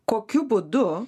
kokiu būdu